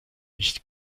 nicht